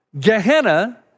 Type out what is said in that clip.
Gehenna